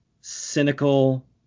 cynical